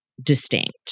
distinct